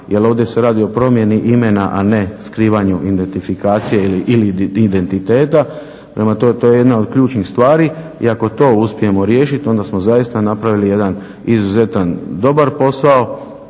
jer ovdje se radi o promjeni imena, a ne skrivanju identifikacije ili identiteta. Prema tome, to je jedna od ključnih stvari i ako to uspijemo riješiti onda smo zaista napravili jedan izuzetan, dobar posao,